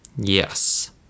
Yes